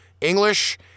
English